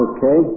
Okay